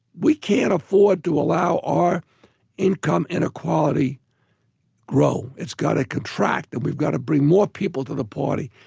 we can't afford to allow our income inequality grow. it's got to contract, and we've got to bring more people to the party.